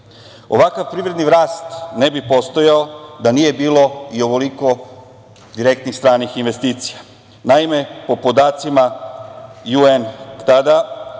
privredni rast ne bi postojao da nije bilo i ovoliko direktnih stranih investicija. Naime, po podacima UN tada,